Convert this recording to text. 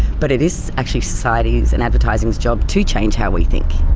but it is actually society's and advertising's job to change how we think.